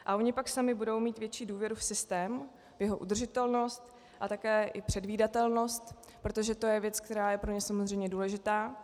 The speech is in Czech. A oni pak sami budou mít větší důvěru v systém, v jeho udržitelnost a také i předvídatelnost, protože to je věc, která je pro ně samozřejmě důležitá.